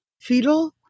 fetal